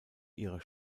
ihrer